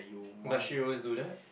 does she always do that